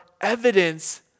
evidence